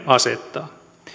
asettaa